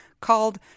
called